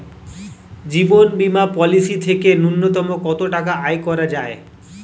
জীবন বীমা পলিসি থেকে ন্যূনতম কত টাকা আয় করা যায়?